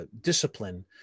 discipline